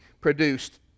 produced